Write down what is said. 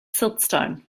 siltstone